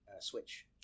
switch